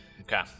Okay